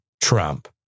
Trump